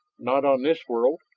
not on this world,